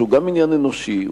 שהוא גם עניין אנושי,